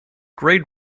grade